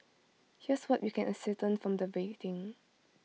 here's what we can ascertain from the rating